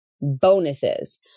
bonuses